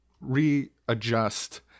readjust